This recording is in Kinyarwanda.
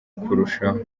kurushaho